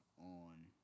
on